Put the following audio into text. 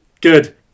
Good